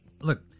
Look